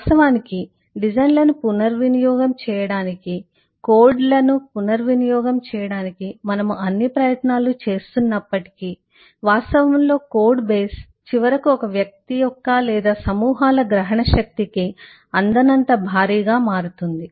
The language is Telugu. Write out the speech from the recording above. వాస్తవానికి డిజైన్లను పునర్వినియోగం చేయడానికి కోడ్లను పునర్వినియోగం చేయడానికి మనము అన్ని ప్రయత్నాలు చేస్తున్నప్పటికీ వాస్తవంలో కోడ్ బేస్ చివరకు ఒక వ్యక్తి యొక్క లేదా సమూహాల గ్రహణశక్తికి అందనంత భారీగా మారుతుంది